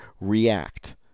react